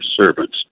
servants